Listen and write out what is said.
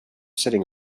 sitting